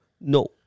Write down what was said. no